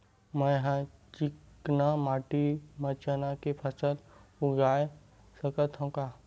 मै ह चिकना माटी म चना के फसल उगा सकथव का?